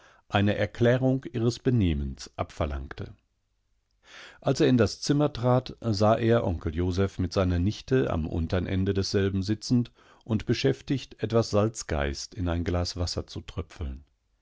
ehe er ihnengestattete dashauszuverlassen eineerklärungihresbenehmensabverlangte als er in das zimmer trat sah er onkel joseph mit seiner nichte am untern ende desselben sitzend und beschäftigt etwas salzgeist in ein glas wasser zu tröpfeln